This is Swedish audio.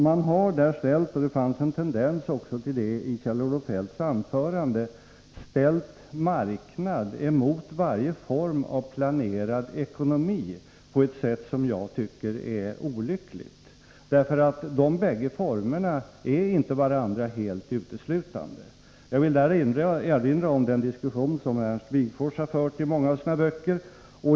Där har man ställt — det fanns en tendens till detta i Kjell-Olof Feldts anförande också —- marknad emot varje form av planerad ekonomi på ett sätt som jag tycker är olyckligt, därför att de bägge formerna inte helt utesluter varandra. Jag vill erinra om den diskussion som Ernst Wigforss har fört i många av sina böcker.